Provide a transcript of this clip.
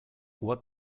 what